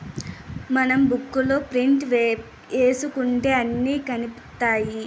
మనం బుక్ లో ప్రింట్ ఏసుకుంటే అన్ని కనిపిత్తాయి